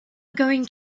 going